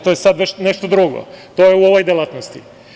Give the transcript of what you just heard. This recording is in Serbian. To je sad već nešto drugo, to je u ovoj delatnosti.